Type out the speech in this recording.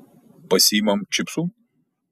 pasiimam čipsų